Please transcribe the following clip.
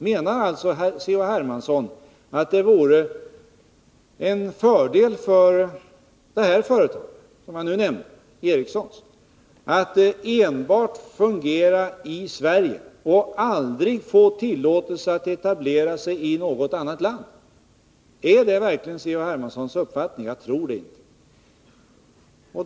Menar herr Hermansson att det vore en fördel för L M Ericsson att enbart fungera i Sverige och aldrig få tillåtelse att etablera sig i något annat land? Är det verkligen C.-H. Hermanssons uppfattning? Jag tror det inte.